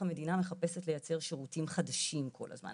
המדינה מחפשת לייצר שירותים חדשים כל הזמן,